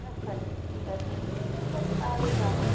আচ্ছা আচ্ছা ঠিক আছে ঠিক আছে তাহলে যাবো